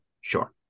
sure